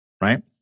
right